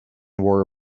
wore